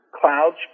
clouds